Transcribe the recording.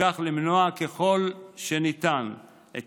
ובכך למנוע ככל שניתן את